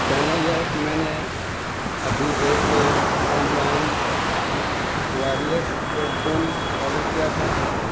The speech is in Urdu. کہنا یہ ہے کہ میں نے ابھی ایک online wireless headphone order کیا تھا